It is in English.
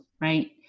right